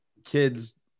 Kids